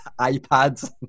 iPads